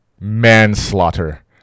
manslaughter